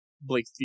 Blake